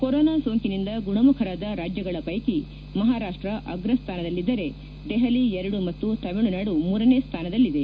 corona ಸೋಂಕಿನಿಂದ ಗುಣಮುಖರಾದ ರಾಜ್ಯಗಳ ಪೈಕಿ ಮಹಾರಾಷ್ಟ ಅಗ್ರ ಸ್ಥಾನದಲ್ಲಿದ್ದರೆ ದೆಹಲಿ ಎರಡು ಮತ್ತು ತಮಿಳುನಾದು ಮೂರನೇ ಸ್ದಾನದಲ್ಲಿದೆ